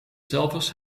zelvers